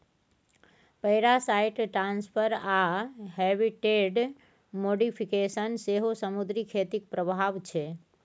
parasite transfer आ habitat modification सेहो समुद्री खेतीक प्रभाब छै